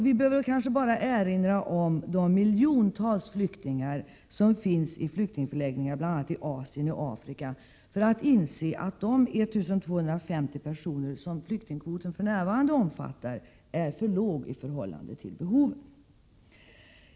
Vi behöver dessutom bara erinra om de miljontals flyktingar som finns i flyktingförläggningar bl.a. i Asien och Afrika för att inse att de 1250 personer som flyktingkvoten för närvarande omfattar är ett för lågt antal i förhållande till behoven.